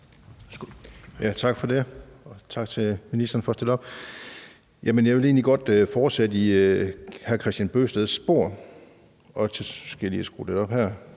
Tak for det, og tak til ministeren for at stille op her. Jeg vil egentlig godt fortsætte i hr. Kristian Bøgsteds spor. Til trods for at Minksekretariatet hører